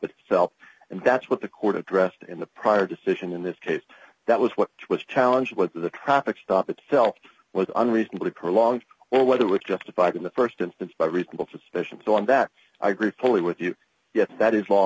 itself and that's what the court addressed in the prior decision in this case that was what was challenge was the traffic stop itself was unreasonably prolonged or whether it was justified in the st instance by reasonable suspicion so on that i agree fully with you yes that is